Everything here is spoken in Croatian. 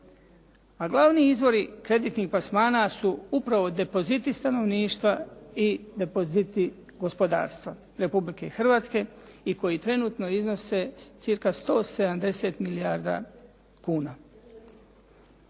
A glavni izvori kreditnih sredstava su upravo depoziti stanovništva i depoziti gospodarstva Republike Hrvatske i koji trenutno iznose cca 170 milijardi kuna.